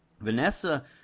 vanessa